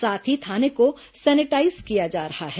साथ ही थाने को सैनिटाईज किया जा रहा है